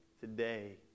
Today